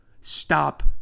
Stop